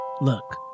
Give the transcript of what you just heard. Look